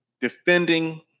defending